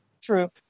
True